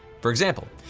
for example,